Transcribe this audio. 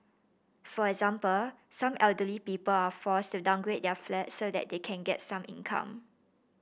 for example some elderly people are forced to downgrade their flats so that they can get some income